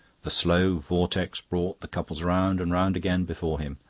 the slow vortex brought the couples round and round again before him,